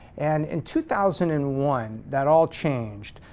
and in two thousand and one, that all changed,